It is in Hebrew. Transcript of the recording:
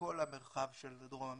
מכל המרחב של דרום אמריקה,